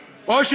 כי הם מוכרים,